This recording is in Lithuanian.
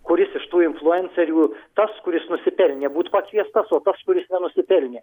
kuris iš tų influencerių tas kuris nusipelnė būt pakviestas o tas kuris nenusipelnė